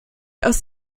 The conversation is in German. aus